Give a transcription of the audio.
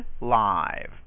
Live